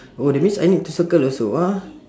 oh that means I need to circle also ah